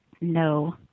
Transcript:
no